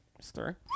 Stir